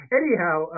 anyhow